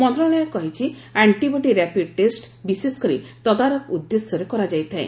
ମନ୍ତ୍ରଶାଳୟ କହିଛି ଆର୍ଷିବଡି ର୍ୟାପିଡ୍ ଟେଷ୍ଟ୍ ବିଶେଷ କରି ତଦାରଖ ଉଦ୍ଦେଶ୍ୟରେ କରାଯାଇଥାଏ